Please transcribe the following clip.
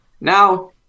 Now